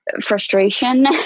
frustration